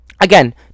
Again